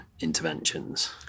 interventions